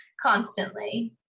constantly